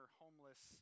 homeless